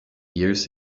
years